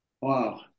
Wow